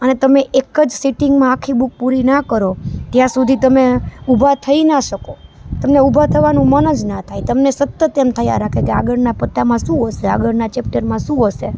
અને તમે એક જ સિટિંગમાં આખી બુક પુરી ના કરો ત્યાં સુધી તમે ઉભા થઈ ના શકો તમને ઉભા થવાનું મન જ ન થાય તમને સતત એમ થયા રાખે કે આગળના પત્તામાં શું હશે આગળના ચેપ્ટરમાં શું હશે